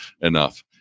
enough